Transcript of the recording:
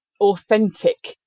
authentic